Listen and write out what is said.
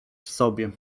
sobie